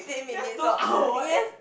that's two hour eh